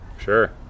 sure